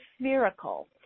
spherical